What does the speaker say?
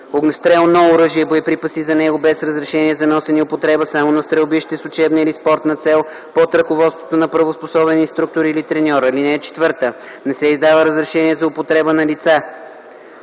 огнестрелно оръжие и боеприпаси за него без разрешение за носене и употреба само на стрелбище с учебна или спортна цел под ръководството на правоспособен инструктор или треньор. (4) Не се издава разрешение за употреба на лица,